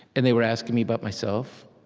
and they were asking me about myself,